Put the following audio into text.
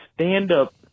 stand-up